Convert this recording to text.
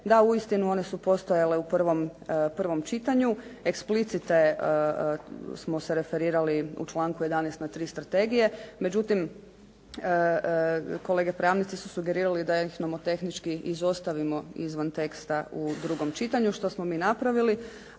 da, uistinu one su postojale u prvom čitanju. Eksplicite smo se referirali u članku 11. na 3 strategije međutim kolege pravnici su sugerirali da ih nomotehnički izostavimo izvan teksta u drugom čitanju što smo mi napravili,